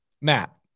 Matt